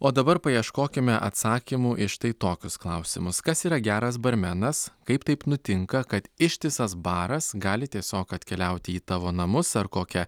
o dabar paieškokime atsakymų į štai tokius klausimus kas yra geras barmenas kaip taip nutinka kad ištisas baras gali tiesiog atkeliauti į tavo namus ar kokią